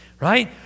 right